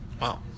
Wow